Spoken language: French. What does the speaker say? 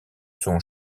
son